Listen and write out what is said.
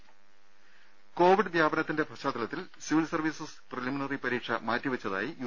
രുഭ കോവിഡ് വ്യാപനത്തിന്റെ പശ്ചാത്തലത്തിൽ സിവിൽ സർവീസസ് പ്രിലിമിനറി പരീക്ഷ മാറ്റിവച്ചതായി യു